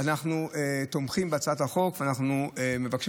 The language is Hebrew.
אנחנו תומכים בהצעת החוק ואנחנו מבקשים